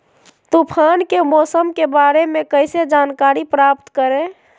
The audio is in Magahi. तूफान के मौसम के बारे में कैसे जानकारी प्राप्त करें?